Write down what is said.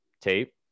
tape